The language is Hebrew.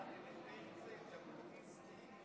קראתם את הרצל, ז'בוטינסקי.